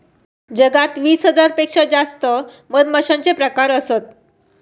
जगात वीस हजार पेक्षा जास्त मधमाश्यांचे प्रकार असत